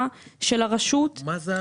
באוקטובר 2021. יעל רון בן משה (כחול לבן): זה על זה,